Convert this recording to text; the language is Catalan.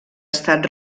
estat